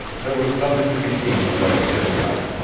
there was nothing to be gained by sitting up,